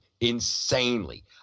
Insanely